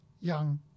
young